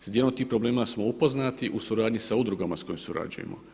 S dijelom tih problema smo upoznati u suradnji sa udrugama s kojima surađujemo.